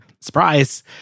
Surprise